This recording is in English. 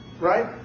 right